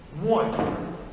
One